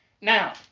Now